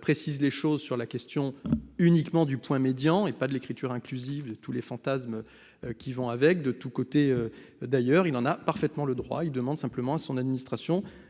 précise les choses sur la question uniquement du point médian est pas de l'écriture inclusive de tous les fantasmes qui vont avec, de tous côtés, d'ailleurs, il n'en a parfaitement le droit, il demande simplement à son administration